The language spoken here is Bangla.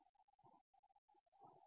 ছাত্রছাত্রীঃ ছাত্রছাত্রীঃ এটা ঠিক